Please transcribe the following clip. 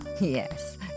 Yes